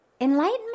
Enlightenment